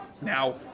now